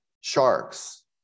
sharks